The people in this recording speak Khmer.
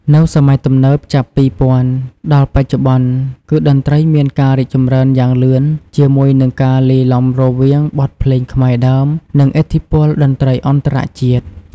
នៅសម័យទំនើបចាប់ ២០០០ ដល់បច្ចុប្បន្ន គឺតន្រ្តីមានការរីកចម្រើនយ៉ាងលឿនជាមួយនឹងការលាយឡំរវាង បទភ្លេងខ្មែរដើម និងឥទ្ធិពលតន្ត្រីអន្តរជាតិ។